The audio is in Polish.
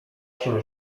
się